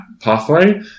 Pathway